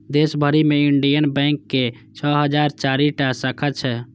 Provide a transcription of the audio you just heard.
देश भरि मे इंडियन बैंक के छह हजार चारि टा शाखा छै